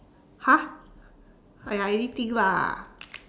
!huh! !aiya! anything lah